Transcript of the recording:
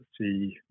see